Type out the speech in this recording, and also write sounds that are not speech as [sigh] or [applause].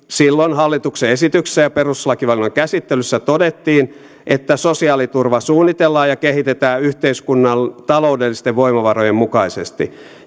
silloin hallituksen esityksessä ja perustuslakivaliokunnan käsittelyssä todettiin että sosiaaliturvaa suunnitellaan ja kehitetään yhteiskunnan taloudellisten voimavarojen mukaisesti [unintelligible]